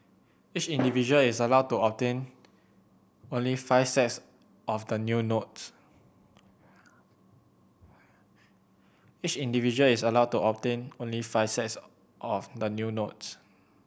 each individual is allowed to obtain only five sets of the new notes